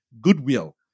goodwill